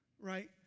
right